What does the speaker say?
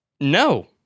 No